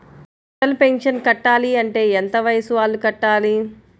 Atal pension కట్టాలి అంటే ఎంత వయసు వాళ్ళు కట్టాలి?